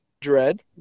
Dread